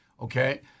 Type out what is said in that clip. okay